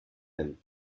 them